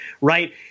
right